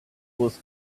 was